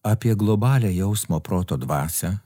apie globalią jausmo proto dvasią